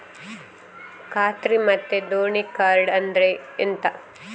ಖಾತ್ರಿ ಮತ್ತೆ ದೇಣಿ ಕಾರ್ಡ್ ಅಂದ್ರೆ ಎಂತ?